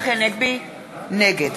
נגד